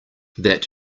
that